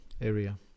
area